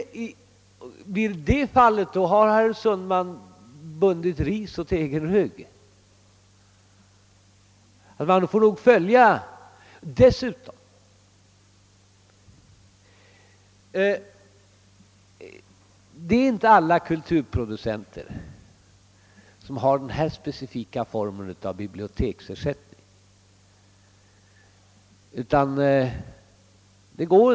Om så skulle bli fallet har herr Sundman bundit ris åt egen rygg. Det är inte alla kulturproducenter som har den här speciella formen av biblioteksersättning.